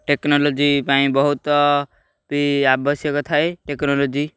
technology ପାଇଁ ବହୁତ ବି ଆବଶ୍ୟକ ଥାଏ ଟେକ୍ନୋଲୋଜି